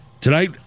tonight